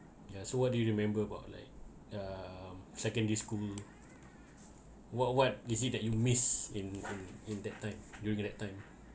yeah so what do you remember about like uh secondary school what what is it that you miss in in in that time during that time